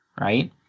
Right